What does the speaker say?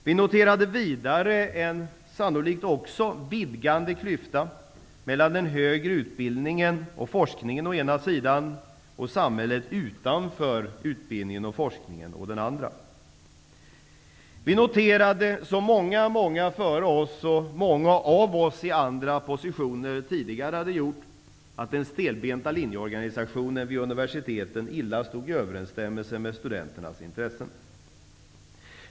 Vi noterade vidare en sannolikt också vidgande klyfta mellan den högre utbildningen och forskningen å ena sidan och samhället utanför utbildningen och forskningen å den andra. Vi noterade, som många många före oss och många av oss i andra positioner tidigare hade gjort, att den stelbenta linjeorganisationen vid universiteten illa stod i överensstämmelse med studenternas intressen.